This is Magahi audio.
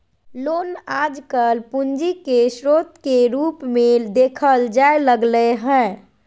लोन आजकल पूंजी के स्रोत के रूप मे देखल जाय लगलय हें